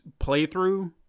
playthrough